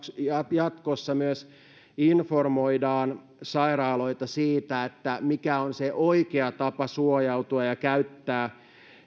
jatkossa myös informoidaan sairaaloita siitä mikä on se oikea tapa suojautua ja käyttää